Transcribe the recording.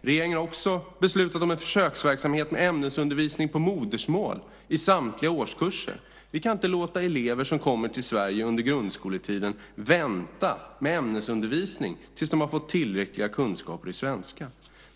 Regeringen har också beslutat om en försöksverksamhet med ämnesundervisning på modersmål i samtliga årskurser. Vi kan inte låta elever som kommer till Sverige under grundskoletiden vänta med ämnesundervisning tills de fått tillräckliga kunskaper i svenska.